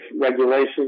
regulations